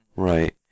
Right